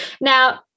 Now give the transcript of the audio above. Now